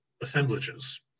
assemblages